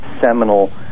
seminal